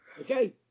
Okay